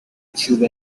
chew